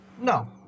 No